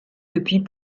depuis